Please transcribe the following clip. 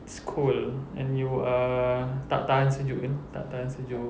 it's cold and you uh tak tahan sejuk you know tak tahan sejuk